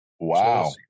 Wow